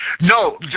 No